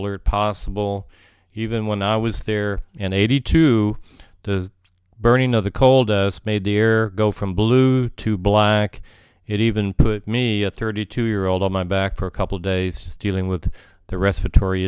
alert possible even when i was there in eighty two the burning of the cold us made the air go from blue to black it even put me at thirty two year old on my back for a couple days dealing with the respiratory